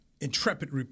intrepid